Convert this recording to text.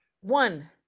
One